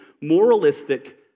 moralistic